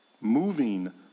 Moving